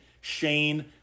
Shane